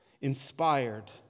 inspired